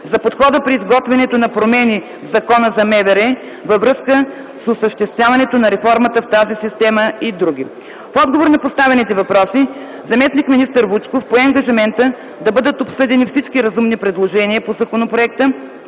за подхода при изготвянето на промени в Закона за МВР във връзка с осъществяването на реформата в тази система и др. В отговор на поставените въпроси заместник-министър Вучков пое ангажимента да бъдат обсъдени всички разумни предложения по законопроекта